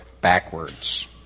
backwards